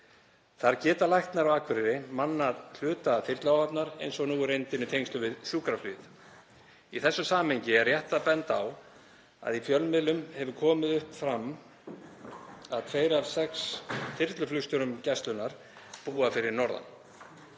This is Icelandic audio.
Þar geta læknar á Akureyri mannað hluta þyrluáhafnar eins og nú er reyndin í tengslum við sjúkraflugið. Í þessu samhengi er rétt að benda á að í fjölmiðlum hefur komið fram að tveir af sex þyrluflugstjórum Gæslunnar búa fyrir norðan.